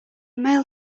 male